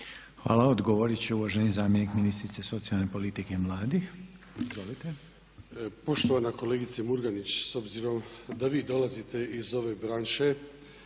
lijepo. Odgovorit će uvaženi zamjenik ministrice socijalne politike i mladih.